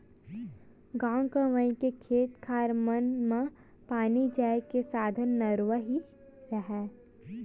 गाँव गंवई के खेत खार मन म पानी जाय के साधन नरूवा ही हरय